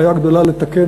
בעיה גדולה לתקן,